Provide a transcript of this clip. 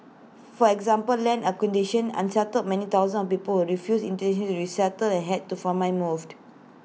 for example land acquisition unsettled many thousands of people who refused initially to resettle and had to far my moved